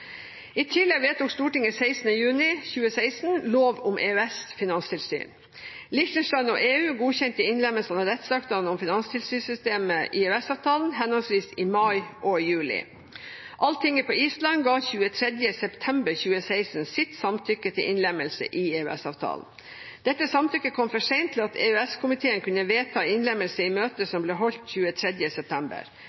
I tillegg vedtok Stortinget 16. juni 2016 lov om EØS-finanstilsyn. Liechtenstein og EU godkjente innlemmelsen av rettsaktene om finanstilsynssystemet i EØS-avtalen i henholdsvis mai og juli. Alltinget på Island ga 23. september 2016 sitt samtykke til innlemmelse i EØS-avtalen. Dette samtykket kom for sent til at EØS-komiteen kunne vedta innlemmelse i